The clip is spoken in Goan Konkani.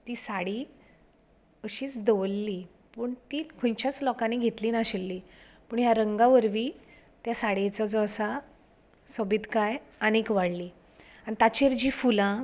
ती साडी अशीच दवरली पूण ती खंयच्याच लोकांनी घेतली नाशिल्ली पूण ह्या रंगावरवी त्या साडयेचो जो आसा सोबीतकाय आनीक वाडली ताचेर जी फुलां